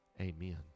amen